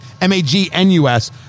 M-A-G-N-U-S